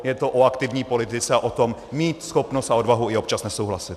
Je to o aktivní politice a o tom mít schopnost a odvahu i občas nesouhlasit.